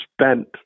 spent